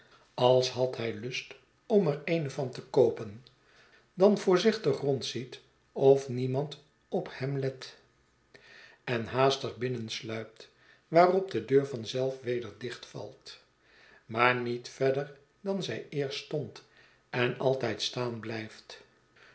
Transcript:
als had hij lust om er eene van te koopen dan voorzichtig rondziet of niemand op hem let en haastig binnensluipt waarop de deur van zelf weder dichtvalt maar niet verder dan zij eerst stond en altijd staan blyft